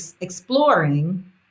exploring